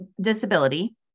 disability